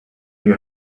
you